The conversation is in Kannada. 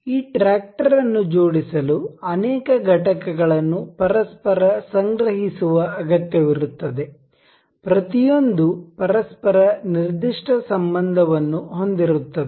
ಈ ಟ್ರಾಕ್ಟರ್ ಅನ್ನು ಜೋಡಿಸಲು ಅನೇಕ ಘಟಕಗಳನ್ನು ಪರಸ್ಪರ ಸಂಗ್ರಹಿಸುವ ಅಗತ್ಯವಿರುತ್ತದೆ ಪ್ರತಿಯೊಂದೂ ಪರಸ್ಪರ ನಿರ್ದಿಷ್ಟ ಸಂಬಂಧವನ್ನು ಹೊಂದಿರುತ್ತದೆ